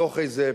בתוך איזו